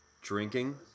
Drinking